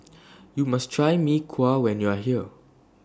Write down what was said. YOU must Try Mee Kuah when YOU Are here